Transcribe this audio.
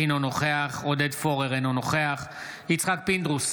אינו נוכח עודד פורר, אינו נוכח יצחק פינדרוס,